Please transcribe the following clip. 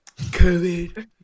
COVID